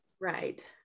right